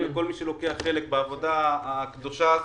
לכל מי שלוקח חלק בעבודה הקדושה הזאת.